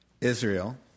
Israel